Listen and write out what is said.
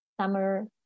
summer